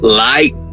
light